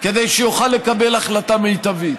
כדי שיוכל לקבל החלטה מיטבית.